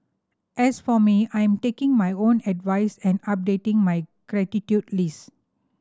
as for me I'm taking my own advice and updating my gratitude list